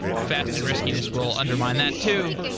fast and riskiness will undermine that, too.